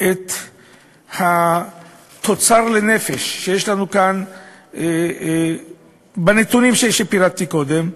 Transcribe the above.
את התוצר לנפש שיש לנו כאן בנתונים שפירטתי קודם,